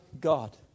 God